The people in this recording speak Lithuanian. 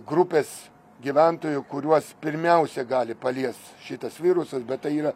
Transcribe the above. grupės gyventojų kuriuos pirmiausia gali palies šitas virusas bet tai yra